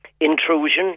Intrusion